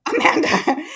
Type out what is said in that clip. Amanda